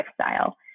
lifestyle